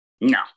No